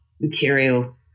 material